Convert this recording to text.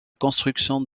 construction